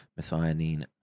methionine